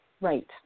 Right